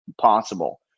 possible